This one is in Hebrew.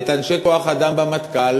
את אנשי כוח האדם במטכ"ל,